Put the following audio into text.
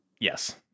Yes